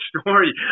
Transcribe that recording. story